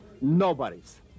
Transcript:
Nobody's